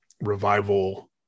revival